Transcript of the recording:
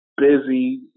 busy